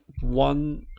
one